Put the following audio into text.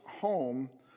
home